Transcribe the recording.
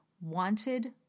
wanted